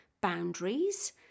boundaries